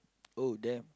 !woo! damn